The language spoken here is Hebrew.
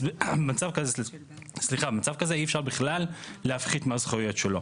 אז מצב כזה אי אפשר בכלל להפחית מזכויות שלו.